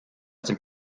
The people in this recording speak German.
dem